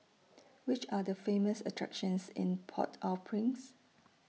Which Are The Famous attractions in Port Au Prince